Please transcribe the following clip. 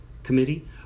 Committee